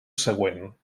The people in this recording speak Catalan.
següent